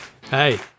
Hey